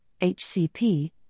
HCP